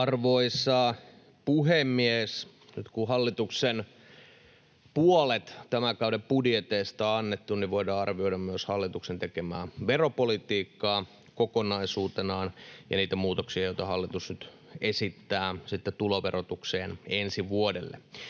Arvoisa puhemies! Nyt, kun puolet hallituksen tämän kauden budjeteista on annettu, niin voidaan arvioida myös hallituksen tekemää veropolitiikkaa kokonaisuutenaan ja niitä muutoksia, joita hallitus nyt sitten esittää tuloverotukseen ensi vuodelle.